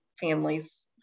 families